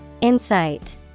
insight